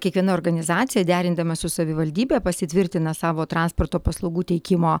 kiekviena organizacija derindama su savivaldybe pasitvirtina savo transporto paslaugų teikimo